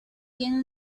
tiene